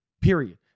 period